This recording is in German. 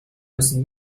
müssen